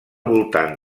voltant